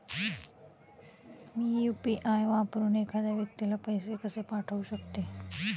मी UPI वापरून एखाद्या व्यक्तीला पैसे कसे पाठवू शकते?